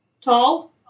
tall